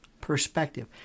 perspective